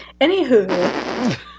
Anywho